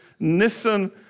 Nissan